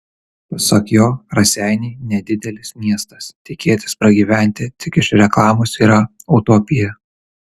pasak jo raseiniai nedidelis miestas tikėtis pragyventi tik iš reklamos yra utopija